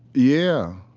yeah.